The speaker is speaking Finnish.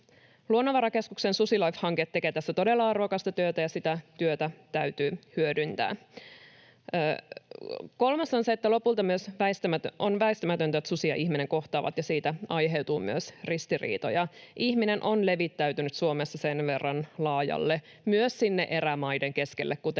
Luonnonvarakeskuksen SusiLIFE-hanke tekee tässä todella arvokasta työtä, ja sitä työtä täytyy hyödyntää. Kolmas on se, että lopulta myös on väistämätöntä, että susi ja ihminen kohtaavat ja siitä aiheutuu myös ristiriitoja, ihminen on levittäytynyt Suomessa sen verran laajalle, myös sinne erämaiden keskelle,